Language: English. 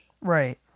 Right